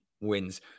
wins